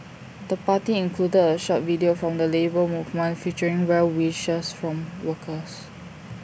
the party included A short video from the Labour Movement featuring well wishes from workers